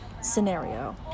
scenario